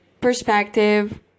perspective